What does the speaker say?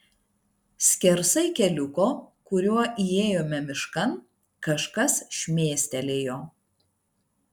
skersai keliuko kuriuo įėjome miškan kažkas šmėstelėjo